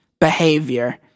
behavior